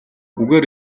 үгээр